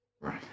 Right